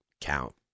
count